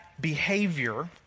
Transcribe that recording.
behavior